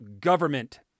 government